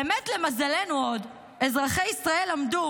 באמת למזלנו עוד, אזרחי ישראל למדו